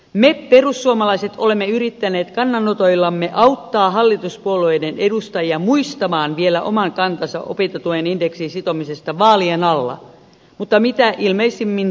me perussuomalaiset olemme yrittäneet kannanotoillamme auttaa hallituspuolueiden edustajia muistamaan vielä oman kantansa opintotuen indeksiin sitomisesta vaalien alla mutta mitä ilmeisimmin turhaan